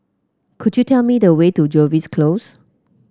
could you tell me the way to Jervois Close